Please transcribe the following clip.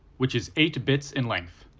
which is eight bits in length.